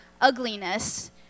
ugliness